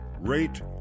rate